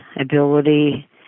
ability